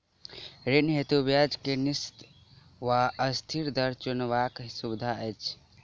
ऋण हेतु ब्याज केँ निश्चित वा अस्थिर दर चुनबाक सुविधा अछि